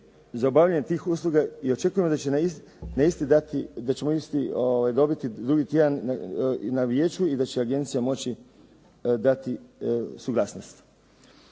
za obavljanje tih usluga i očekujemo da ćemo isti dobiti drugi tjedan i na vijeću i da će agencija moći dati suglasnost.